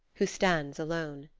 who stands alone.